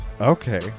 Okay